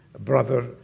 brother